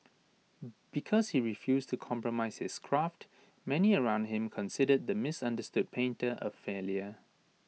because he refused to compromise his craft many around him considered the misunderstood painter A failure